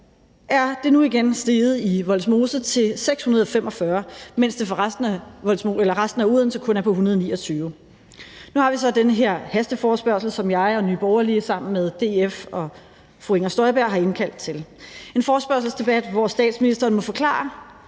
er det nu igen steget i Vollsmose til 645, mens det for resten af Odense kun er på 129. Nu har vi så den her hasteforespørgsel, som jeg og Nye Borgerlige sammen med DF og fru Inger Støjberg har indkaldt til; en forespørgselsdebat, hvor statsministeren må forklare,